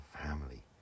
family